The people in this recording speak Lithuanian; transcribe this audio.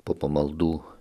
po pamaldų